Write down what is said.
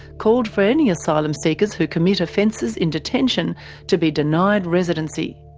called for any asylum seekers who commit offences in detention to be denied residency.